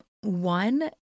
one